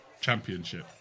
championship